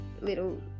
little